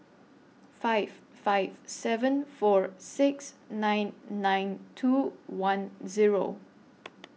five five seven four six nine nine two one Zero